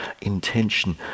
intention